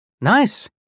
Nice